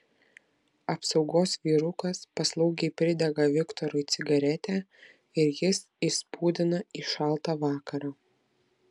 apsaugos vyrukas paslaugiai pridega viktorui cigaretę ir jis išspūdina į šaltą vakarą